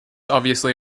obviously